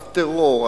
הטרור,